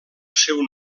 seu